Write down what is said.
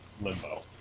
limbo